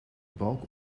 balk